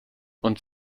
und